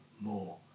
more